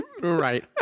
Right